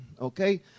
okay